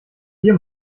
hier